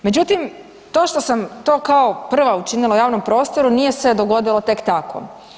Međutim, to što sam to kao prva učinila u javnom prostoru nije se dogodilo tek tako.